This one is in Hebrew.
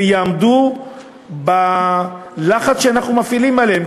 ויעמדו בלחץ שאנחנו מפעילים עליהם,